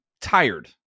tired